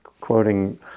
quoting